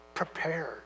prepared